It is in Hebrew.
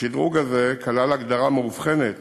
השדרוג הזה כלל הגדרה מאובחנת